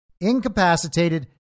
incapacitated